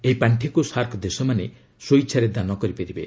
ଏହି ପାର୍ଷିକୁ ସାର୍କ ଦେଶମାନେ ସ୍ୱଇଛାରେ ଦାନ କରିପାରିବେ